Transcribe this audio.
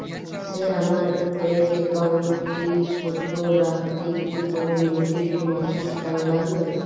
Sir আমার bank একাউন্টটি সচল রাখতে কি কোনো নির্দিষ্ট মাসিক চার্জ লাগবে?